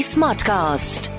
Smartcast